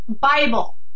Bible